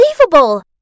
Unbelievable